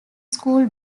school